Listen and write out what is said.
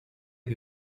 que